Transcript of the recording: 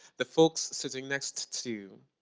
the folks sitting next to